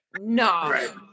No